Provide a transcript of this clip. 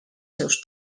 seus